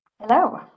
Hello